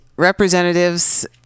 representatives